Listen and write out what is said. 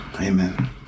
Amen